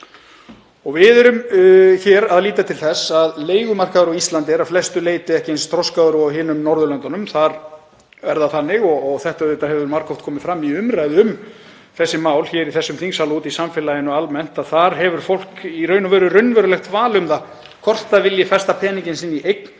“ Við erum hér að líta til þess að leigumarkaður á Íslandi er að flestu leyti ekki eins þroskaður og á hinum Norðurlöndunum. Þar er það þannig, og þetta hefur margoft komið fram í umræðu um þessi mál hér í þessum þingsal og úti í samfélaginu almennt, að fólk hefur raunverulegt val um það hvort það vilji festa peninginn sinn í eign